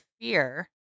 fear